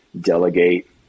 delegate